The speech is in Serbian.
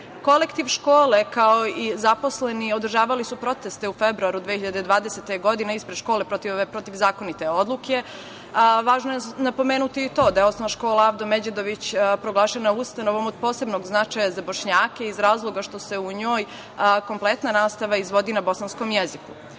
škole, kao i zaposleni, održavali su proteste u februaru 2020. godine ispred škole protiv ove protivzakonite odluke, a važno je napomenuti i to da je OŠ „Avdo Međedović“ proglašena ustanovom od posebnog značaja za Bošnjake iz razloga što se u njoj kompletna nastava izvodi na bosanskom jeziku. Zbog